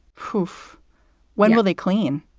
huf when will they clean?